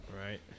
Right